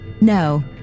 No